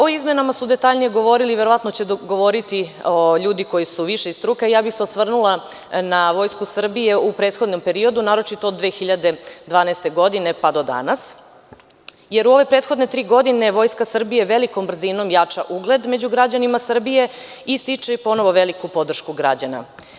O izmenama su detaljnije govorili, verovatno će govoriti ljudi koji su više iz struke, a ja bih se osvrnula na Vojsku Srbije u prethodnom periodu, naročito od 2012. godine pa do danas, jer u ove prethodne tri godine Vojska Srbije velikom brzinom jača ugled među građanima Srbije i stiče ponovo veliku podršku građana.